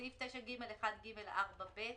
סעיף 9(ג1ג)(4)(ב)